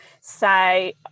say